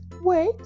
wait